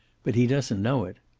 but he doesn't know it.